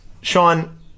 Sean